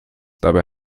dabei